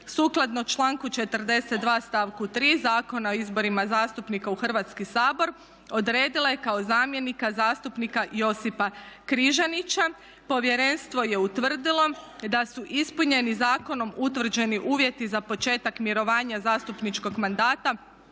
sukladno članku 42. stavku 3. Zakona o izborima zastupnika u Hrvatski sabor odredila je kao zamjenika zastupnika Josipa Križanića. Povjerenstvo je utvrdilo da su ispunjeni zakonom utvrđeni uvjeti za početak mirovanja zastupničkog mandata